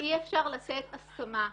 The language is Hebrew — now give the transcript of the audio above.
אי אפשר לתת הסכמה.